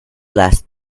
last